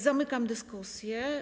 Zamykam dyskusję.